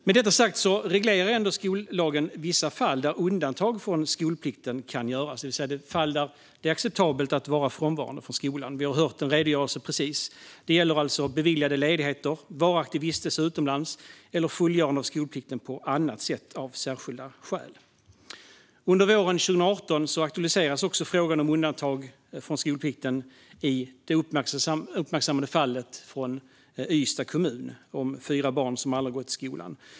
Med detta sagt reglerar skollagen vissa fall där undantag från skolplikten kan göras, det vill säga fall där det är acceptabelt att vara frånvarande från skolan. Vi har precis hört en redogörelse för detta. Det gäller alltså beviljade ledigheter, varaktig vistelse utomlands eller fullgörande av skolplikten på annat sätt av särskilda skäl. Under våren 2018 aktualiserades frågan om undantag från skolplikten i det uppmärksammade fallet i Ystads kommun med fyra barn som aldrig gått i skolan.